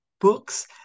books